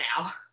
now